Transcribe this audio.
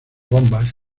bombas